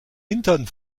hintern